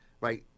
right